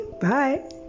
bye